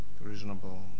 reasonable